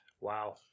wow